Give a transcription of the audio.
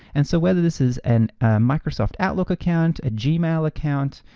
and so whether this is an microsoft outlook account, a gmail account,